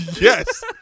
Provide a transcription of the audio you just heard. Yes